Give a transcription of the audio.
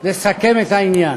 לסכם את העניין.